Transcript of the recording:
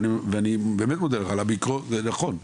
ואני באמת מודה לך על המיקרו כי נכון,